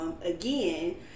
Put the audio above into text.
again